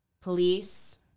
police